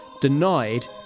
denied